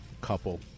couple